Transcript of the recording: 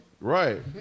Right